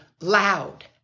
loud